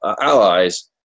allies